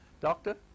Doctor